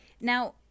Now